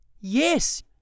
yes